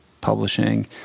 publishing